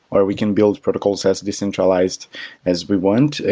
or we can build protocols as decentralized as we want,